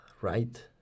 right